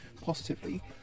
positively